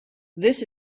this